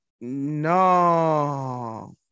No